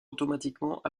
automatiquement